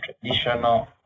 traditional